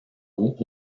goût